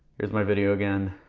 here's my video again